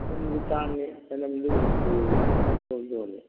ꯆꯅꯝꯗꯤ ꯇꯥꯡꯉꯦ ꯆꯅꯝꯗꯤ ꯍꯨꯝꯐꯨꯐꯥꯎ ꯌꯣꯜꯂꯦ